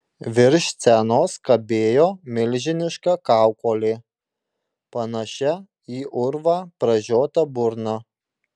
virš scenos kabėjo milžiniška kaukolė panašia į urvą pražiota burna